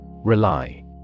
Rely